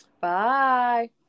Bye